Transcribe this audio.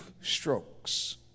strokes